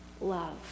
love